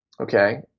Okay